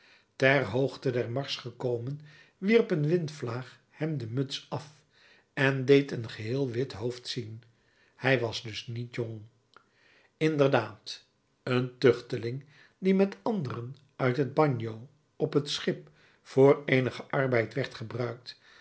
ter hoogte der mars gekomen wierp een windvlaag hem de muts af en deed een geheel wit hoofd zien hij was dus niet jong inderdaad een tuchteling die met anderen uit het bagno op het schip voor eenigen arbeid werd gebruikt